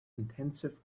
intensive